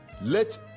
Let